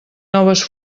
noves